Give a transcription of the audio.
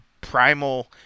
primal